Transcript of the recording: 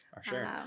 Sure